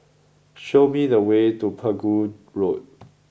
show me the way to Pegu Road